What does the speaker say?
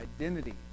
identity